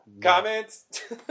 Comments